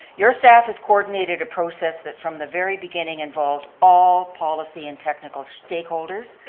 your staff has coordinated a process that from the very beginning involved all policy and technical stakeholders.